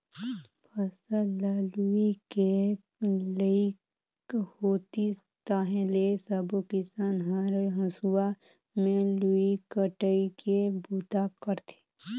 फसल ल लूए के लइक होतिस ताहाँले सबो किसान हर हंसुआ में लुवई कटई के बूता करथे